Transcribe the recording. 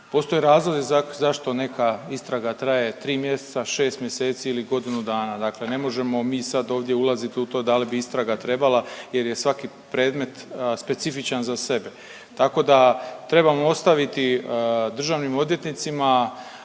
postoje razlozi zašto neka istraga traje 3 mjeseca, 6 mjeseci ili godinu dana. Dakle, ne možemo mi sad ovdje ulaziti u to da li bi istraga trebala jer je svaki predmet specifičan za sebe. Tako da trebamo ostaviti državnim odvjetnicima,